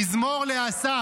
מזמור לאסף.